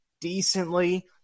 decently